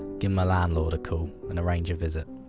give my landlord a call, and arrange a visit.